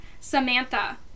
Samantha